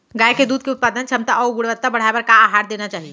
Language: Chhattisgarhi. गाय के दूध के उत्पादन क्षमता अऊ गुणवत्ता बढ़ाये बर का आहार देना चाही?